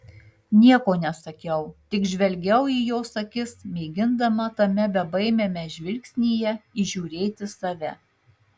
nieko nesakiau tik žvelgiau į jos akis mėgindama tame bebaimiame žvilgsnyje įžiūrėti save